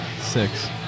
Six